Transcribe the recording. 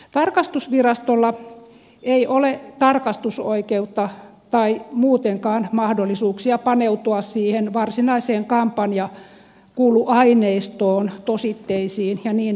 tarkastusvirastolla ei ole tarkastusoikeutta tai muutenkaan mahdollisuuksia paneutua siihen varsinaiseen kampanjakuluaineistoon tositteisiin ja niin edelleen